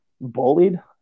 bullied